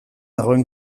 dagoen